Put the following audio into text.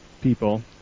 People